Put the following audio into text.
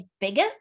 bigger